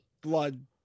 blood